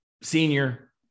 senior